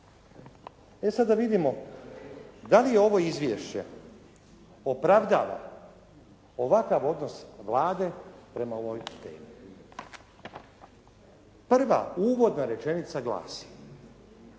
E sada, da vidimo da li ovo izvješće opravdava ovakav odnos Vlade prema ovoj temi. Prva uvodna rečenica glasi: